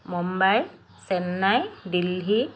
Mumbai Chennai Delhi